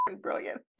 Brilliant